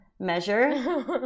Measure